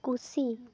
ᱠᱩᱥᱤ